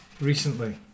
recently